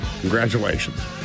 Congratulations